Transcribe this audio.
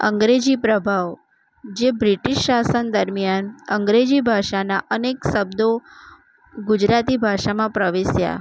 અંગ્રેજી પ્રભાવ જે બ્રિટિશ શાસન દરમ્યાન અંગ્રેજી ભાષાના અનેક શબ્દો ગુજરાતી ભાષામાં પ્રવેશ્યા